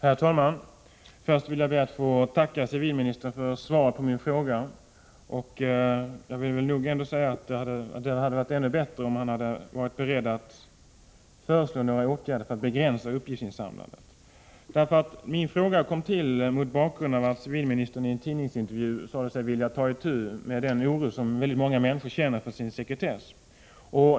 Herr talman! Först vill jag be att få tacka civilministern för svaret på min fråga. Det hade varit ännu bättre om civilministern hade sagt att han är beredd att föreslå åtgärder som begränsar uppgiftsinsamlandet. Min fråga kom till mot bakgrund av att civilministern i en tidningsintervju sade sig vilja ta fasta på den oro som många människor känner för sin sekretess.